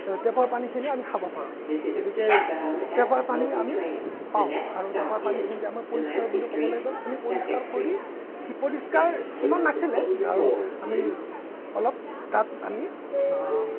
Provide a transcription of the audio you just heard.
টেপৰ পানীখিনি আমি খাব পাৰোঁ গতিকে টেপৰ পানী আমি পাওঁ আৰু টেপৰ পানীখিনি দি আমাৰ পৰিষ্কাৰ বুলি ক'বলৈ গ'লে আমি পৰিষ্কাৰ কৰি পৰিষ্কাৰ সিমান নাছিলে আৰু আমি অলপ তাত আমি